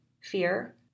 fear